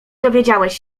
dowiedziałeś